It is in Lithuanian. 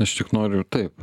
aš tik noriu taip